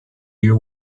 you